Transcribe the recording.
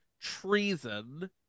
treason